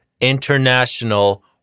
International